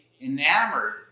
enamored